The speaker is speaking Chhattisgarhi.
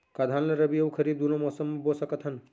का धान ला रबि अऊ खरीफ दूनो मौसम मा बो सकत हन?